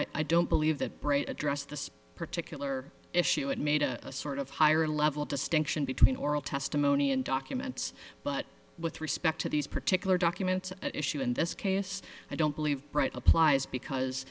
r i don't believe that brady address this particular issue it made a sort of higher level distinction between oral testimony and documents but with respect to these particular documents at issue in this case i don't believe right applies because